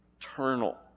eternal